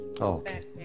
Okay